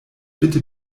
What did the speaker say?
bitte